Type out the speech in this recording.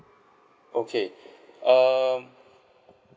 okay um